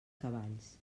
cavalls